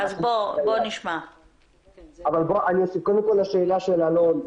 לשאלה של אלון,